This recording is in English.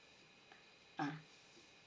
ah